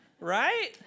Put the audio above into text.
Right